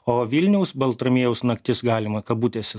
o vilniaus baltramiejaus naktis galima kabutėse